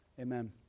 Amen